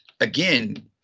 again